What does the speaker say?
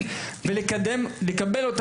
לתלמידים להיבחן בבחינות הבגרות,